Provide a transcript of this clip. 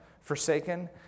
forsaken